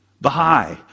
Baha'i